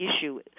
issue